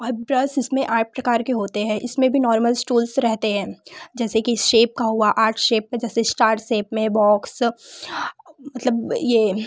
और ब्रश इसमें आठ प्रकार के होते हैं इसमें नॉर्मल्स टूल्स रहते हैं जैसे कि शेप का हुआ आर्क शेप का जैसे स्टार शेप में बॉक्स मतलब ये